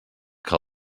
que